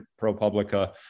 ProPublica